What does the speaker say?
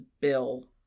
Bill